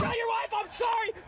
your wife i'm sorry.